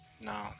No